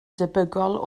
debygol